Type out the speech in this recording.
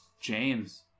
James